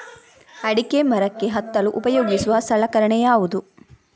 ಅಡಿಕೆ ಮರಕ್ಕೆ ಹತ್ತಲು ಉಪಯೋಗಿಸುವ ಸಲಕರಣೆ ಯಾವುದು?